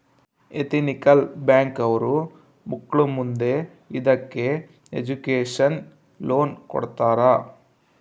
ethical bank ಅವ್ರು ಮಕ್ಳು ಮುಂದೆ ಇದಕ್ಕೆ ಎಜುಕೇಷನ್ ಲೋನ್ ಕೊಡ್ತಾರ